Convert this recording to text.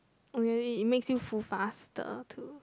or maybe it makes you full faster too